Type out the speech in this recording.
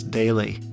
daily